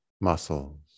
muscles